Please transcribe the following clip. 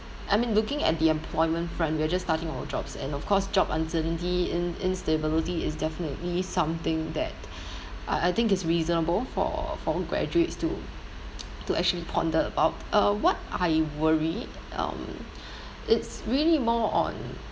I mean looking at the employment front we are just starting our jobs and of course job uncertainty in~ instability is definitely something that uh I think is reasonable for for graduates to to actually ponder about uh what I worry um it's really more on